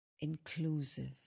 inclusive